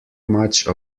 much